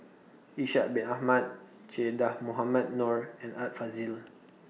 Ishak Bin Ahmad Che Dah Mohamed Noor and Art Fazil